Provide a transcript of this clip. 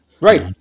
Right